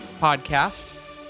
Podcast